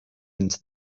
into